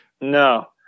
No